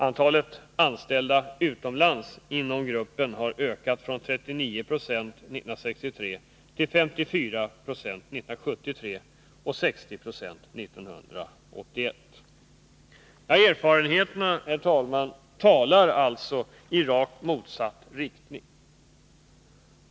Antalet anställda utomlands inom gruppen har 31 Herr talman! Erfarenheterna talar alltså i rakt motsatt riktning.